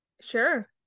Sure